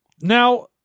now